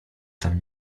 tam